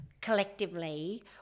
collectively